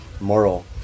moral